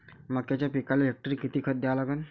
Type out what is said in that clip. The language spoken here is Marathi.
मक्याच्या पिकाले हेक्टरी किती खात द्या लागन?